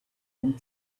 and